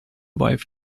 wife